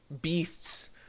beasts